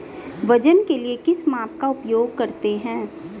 वजन के लिए किस माप का उपयोग करते हैं?